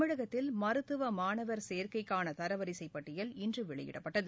தமிழகத்தில் மருத்துவமாணவர் சேர்க்கைக்கானதரவரிசைப் பட்டியல் இன்றுவெளியிடப்பட்டது